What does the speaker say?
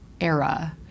era